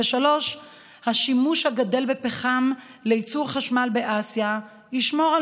השימוש הגדל בפחם לייצור חשמל באסיה ישמור על